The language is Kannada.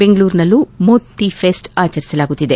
ಬೆಂಗಳೂರಿನಲ್ಲೂ ಮೊಂತಿ ಫೆಸ್ಟ್ ಆಚರಿಸಲಾಗುತ್ತಿದೆ